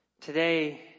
today